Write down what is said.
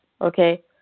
okay